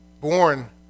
born